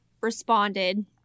responded